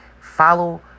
Follow